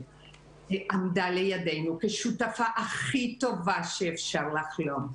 עמדה לידנו כשותפה הכי טובה שאפשר לחלום עליה.